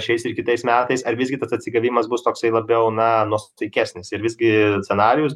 šiais ir kitais metais ar visgi tas atsigavimas bus toksai labiau na nuosaikesnis ir visgi scenarijus